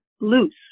loose